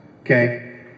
okay